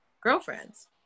girlfriends